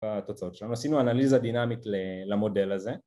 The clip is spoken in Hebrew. ‫בתוצאות שלנו, ‫עשינו אנליזה דינמית למודל הזה.